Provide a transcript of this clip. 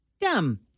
Dumb